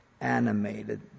animated